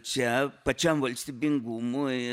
čia pačiam valstybingumui